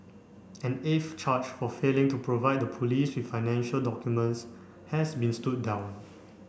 an eighth charge for failing to provide the police with financial documents has been stood down